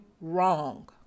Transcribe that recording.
wrong